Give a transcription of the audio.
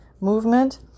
movement